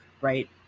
right